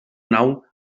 nau